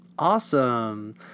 Awesome